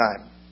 time